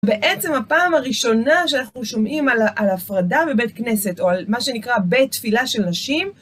בעצם הפעם הראשונה שאנחנו שומעים על הפרדה בבית כנסת, או על מה שנקרא בית תפילה של נשים,